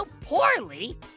poorly